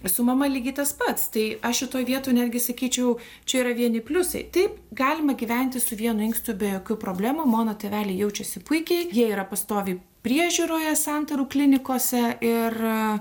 ir su mama lygiai tas pats tai aš šitoj vietoj netgi sakyčiau čia yra vieni pliusai taip galima gyventi su vienu inkstu be jokių problemų mano tėveliai jaučiasi puikiai jie yra pastoviai priežiūroje santarų klinikose ir